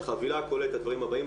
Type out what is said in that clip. כשהחבילה כוללת את הדברים הבאים,